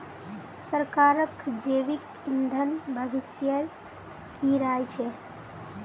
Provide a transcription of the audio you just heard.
सरकारक जैविक ईंधन भविष्येर की राय छ